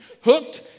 hooked